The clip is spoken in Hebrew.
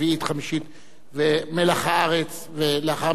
מלח הארץ, ולאחר מכן אנחנו נעבור להצבעה.